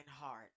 heart